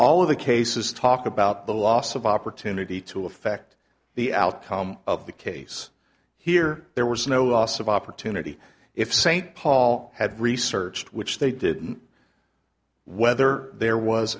all of the cases talk about the loss of opportunity to affect the outcome of the case here there was no loss of opportunity if st paul had researched which they didn't whether there was